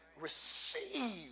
Receive